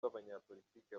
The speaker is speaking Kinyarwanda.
rw’abanyapolitiki